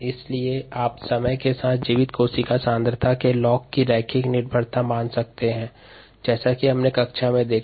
इसलिए समय के साथ जीवित कोशिका सांद्रता के लॉग की रेखीय निर्भरता मान सकते हैं जैसा कि हमने व्याख्यान में देखा